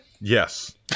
Yes